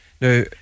Now